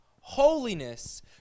Holiness